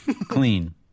clean